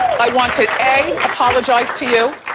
i want to a. apologize to you,